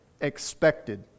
expected